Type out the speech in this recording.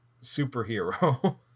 superhero